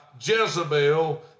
Jezebel